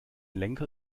lenker